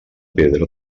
pedra